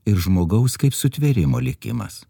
ir žmogaus kaip sutvėrimo likimas